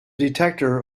detector